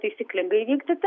ir viską taisyklingai vykdyti